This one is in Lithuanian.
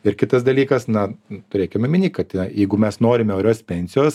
ir kitas dalykas na turėkim omenyje kad jeigu mes norime orios pensijos